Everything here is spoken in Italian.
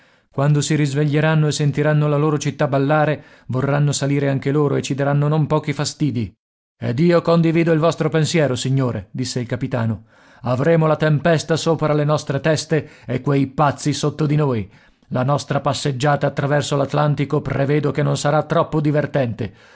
quando si risveglieranno e sentiranno la loro città ballare vorranno salire anche loro e ci daranno non pochi fastidi ed io condivido il vostro pensiero signore disse il capitano avremo la tempesta sopra le nostre teste e quei pazzi sotto di noi la nostra passeggiata attraverso l'atlantico prevedo che non sarà troppo divertente